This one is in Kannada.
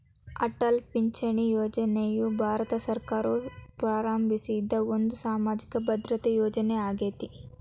ಅಟಲ್ ಪಿಂಚಣಿ ಯೋಜನೆಯು ಭಾರತ ಸರ್ಕಾರವು ಪ್ರಾರಂಭಿಸಿದ ಒಂದು ಸಾಮಾಜಿಕ ಭದ್ರತಾ ಯೋಜನೆ ಆಗೇತಿ